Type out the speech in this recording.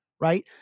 Right